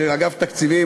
שאגף תקציבים,